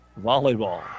volleyball